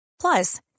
plus